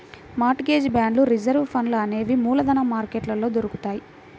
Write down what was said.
mart gauge బాండ్లు reserve ఫండ్లు అనేవి మూలధన మార్కెట్లో దొరుకుతాయ్